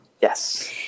Yes